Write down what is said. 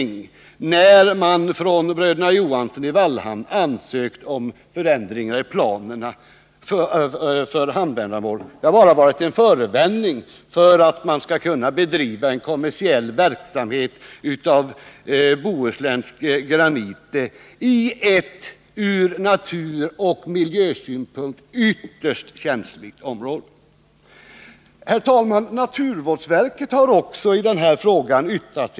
När bröderna Johansson i Vallhamn ansökte om förändringar i planerna för hamnändamål har detta bara varit en förevändning för att kunna bedriva kommersiell verksamhet med bohuslänsk granit i ett från naturoch miljösynpunkt ytterst känsligt område. Herr talman! Naturvårdsverket har också yttrat sig till regeringen i denna fråga.